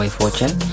fortune